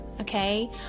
okay